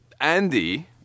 Andy